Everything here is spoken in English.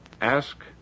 Ask